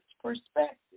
perspective